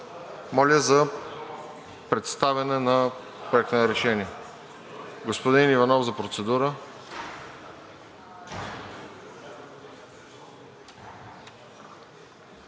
Моля за представяне на проектите за решение. Господин Иванов – за процедура.